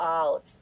out